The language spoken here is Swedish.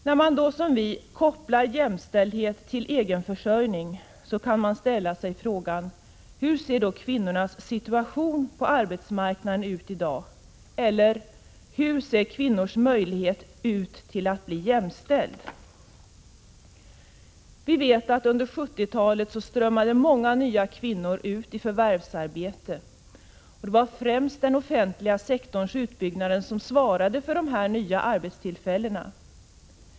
När man, som vi gör, kopplar jämställdhet till egen försörjning kan man fråga sig hur kvinnornas situation på arbetsmarknaden i dag och deras möjligheter att bli jämställda med männen ser ut. Vi vet att många nya kvinnor strömmade ut i förvärvslivet under 1970-talet. Det var främst utbyggnaden i den offentliga sektorn som svarade för de nya arbetstillfällena.